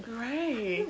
right